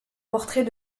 portrait